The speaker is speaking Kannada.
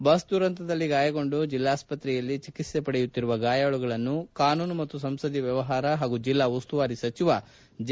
ಬಸ್ ದುರಂತದಲ್ಲಿ ಗಾಯಗೊಂಡು ಜಿಲ್ಲಾಸ್ತ್ರೆಯಲ್ಲಿ ಚಿಕಿತ್ಸೆ ಪಡೆಯುತ್ತಿರುವ ಗಾಯಾಳುಗಳನ್ನು ಕಾನೂನು ಮತ್ತು ಸಂಸದೀಯ ವ್ನವಹಾರ ಹಾಗೂ ಜಿಲ್ಲಾ ಉಸ್ತುವಾರಿ ಸಚಿವ ಜೆ